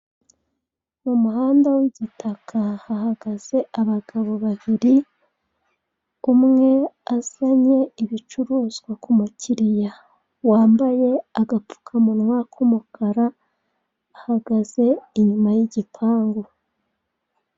Mu muhanda w'igitaka hahagaze abagabo babiri umwe azanye ibicuruzwa ku mukiriya wambaye agapfukamunwa k'umukara ahagaze inyuma y'igipangu.